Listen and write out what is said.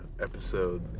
episode